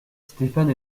stéphane